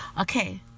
Okay